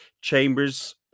Chambers